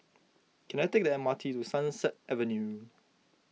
can I take the M R T to Sunset Avenue